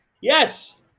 yes